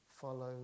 follow